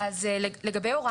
אין חובה לתת סיוע.